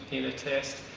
in a test.